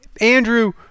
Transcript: Andrew